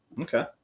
Okay